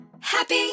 Happy